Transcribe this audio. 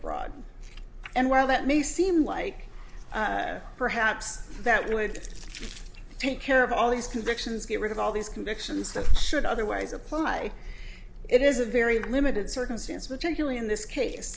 overbroad and while that may seem like perhaps that would take care of all these convictions get rid of all these convictions that should otherwise apply it is a very limited circumstance which actually in this case